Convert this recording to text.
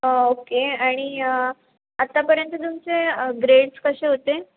okay आणि आतापर्यंत तुमचे ग्रेड्स कसे होते